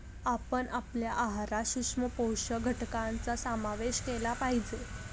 आपण आपल्या आहारात सूक्ष्म पोषक घटकांचा समावेश केला पाहिजे